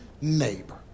neighbor